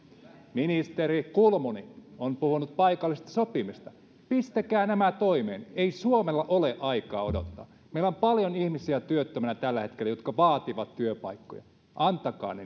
ministeri kulmuni on puhunut paikallisesta sopimisesta pistäkää nämä toimeen ei suomella ole aikaa odottaa meillä on paljon ihmisiä työttöminä tällä hetkellä jotka vaativat työpaikkoja antakaa ne